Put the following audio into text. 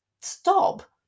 stop